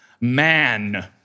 man